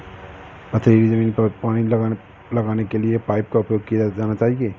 पथरीली ज़मीन पर पानी लगाने के किस पाइप का प्रयोग किया जाना चाहिए?